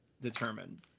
determine